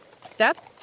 Step